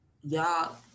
y'all